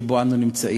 שבו אנחנו נמצאים.